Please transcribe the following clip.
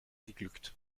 geglückt